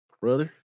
Brother